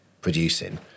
producing